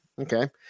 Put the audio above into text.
Okay